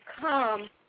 come